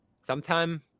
sometime